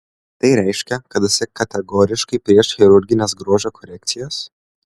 tai reiškia kad esi kategoriškai prieš chirurgines grožio korekcijas